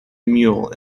mule